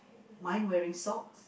mine wearing socks